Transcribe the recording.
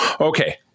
okay